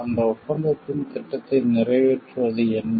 அந்த ஒப்பந்தத்தின் திட்டத்தை நிறைவேற்றுவது என்ன